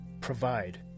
provide